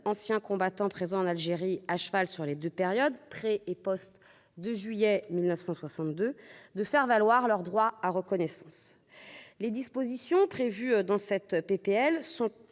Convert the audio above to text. anciens combattants, présents en Algérie à cheval sur les deux périodes- avant et après le 2 juillet 1962 -, de faire valoir leur droit à reconnaissance. Les dispositions prévues dans cette proposition